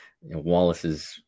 Wallace's